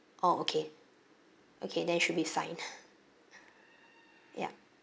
oh okay okay then it should be fine yup